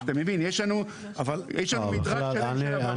אתה מבין יש לנו מדרג של הפרות.